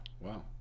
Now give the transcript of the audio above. wow